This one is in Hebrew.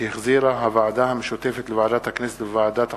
שהחזירה הוועדה המשותפת לוועדת הכנסת ולוועדת החוקה,